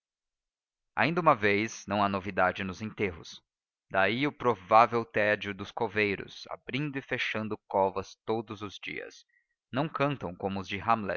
ainda uma vez não há novidade nos enterros daí o provável tédio dos coveiros abrindo e fechando covas todos os dias não cantam como os de